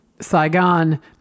Saigon